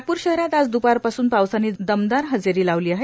नागप्र शहरात आज द्पार पासून पावसानी दमदार हजेरी लावली आहे